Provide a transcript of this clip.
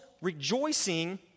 rejoicing